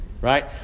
right